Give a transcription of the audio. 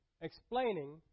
explaining